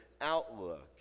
outlook